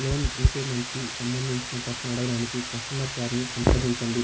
loan రీపేమెంట్కి సంబంధించిన ప్రశ్న అడగడానికి కస్టమర్ కేర్ని సంప్రదించండి